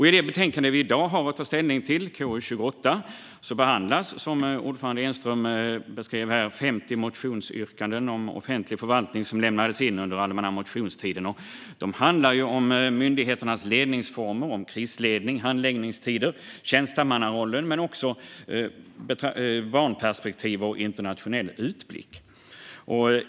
I det betänkande vi i dag har att ta ställning till, KU28, behandlas, som ordförande Enström beskrev, 50 motionsyrkanden om offentlig förvaltning, som lämnades in under den allmänna motionstiden. De handlar om myndigheternas ledningsformer, krisledning, handläggningstider och tjänstemannarollen men också om barnperspektiv och internationell utblick.